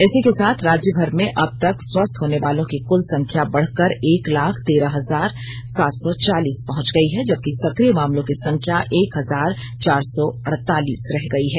इसी के साथ राज्यभर में अब तक स्वस्थ होनेवालों की कुल संख्या बढ़कर एक लाख तेरह हजार सात सौ चालीस पहंच गई है जबकि सक्रिय मामलों की संख्या एक हजार चार सो अड़तालीस रह गई है